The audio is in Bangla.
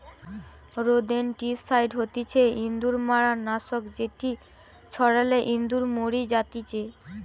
রোদেনটিসাইড হতিছে ইঁদুর মারার নাশক যেটি ছড়ালে ইঁদুর মরি জাতিচে